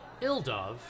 Ildov